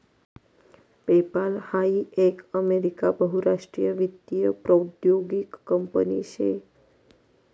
PayPal हाई एक America बहुराष्ट्रीय वित्तीय प्रौद्योगीक कंपनी शे